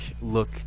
look